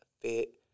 fit